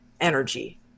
energy